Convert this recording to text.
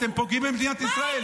אתם פוגעים במדינת ישראל.